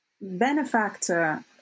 benefactor